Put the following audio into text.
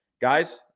Guys